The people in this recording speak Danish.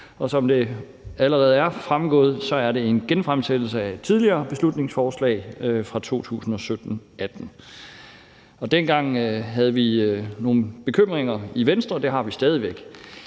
Som det allerede er fremgået, er det en genfremsættelse af et tidligere beslutningsforslag fra 2017-18. Dengang havde vi nogle bekymringer i Venstre, og det har vi stadig væk.